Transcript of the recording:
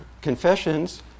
confessions